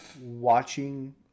watching